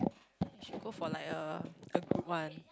you should go for like a a group one